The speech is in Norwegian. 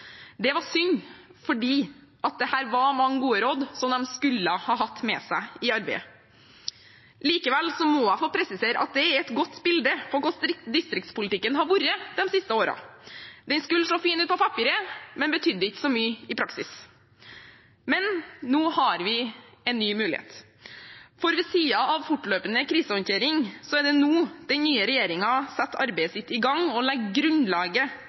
Det var synd, fordi det var mange gode råd som de skulle ha hatt med seg i arbeidet. Likevel må jeg få presisere at det er et godt bilde på hvordan distriktspolitikken har vært de siste årene. Den skulle se fin ut på papiret, men betydde ikke så mye i praksis. Men nå har vi en ny mulighet, for ved siden av fortløpende krisehåndtering er det nå den nye regjeringen setter arbeidet sitt i gang og legger grunnlaget